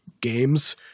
games